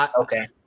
Okay